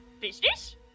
business